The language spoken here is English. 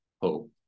hope